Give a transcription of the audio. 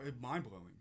Mind-blowing